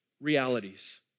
realities